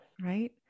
Right